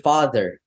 Father